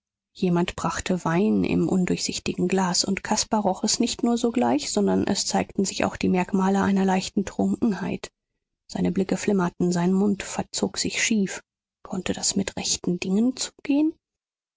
jemand brachte wein im undurchsichtigen glas und caspar roch es nicht nur sogleich sondern es zeigten sich auch die merkmale einer leichten trunkenheit seine blicke flimmerten sein mund verzog sich schief konnte das mit rechten dingen zugehen